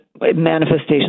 manifestations